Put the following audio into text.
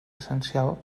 essencial